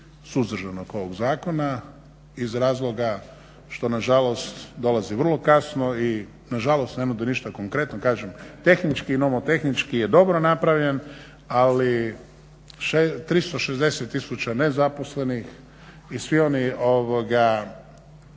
suzdržan oko ovog zakona iz razloga što nažalost dolazi vrlo kasno i nažalost ne nosi ništa konkretno. Kažem, tehnički i nomotehnički je dobro napravljen ali 360 tisuća nezaposlenih i svi oni koji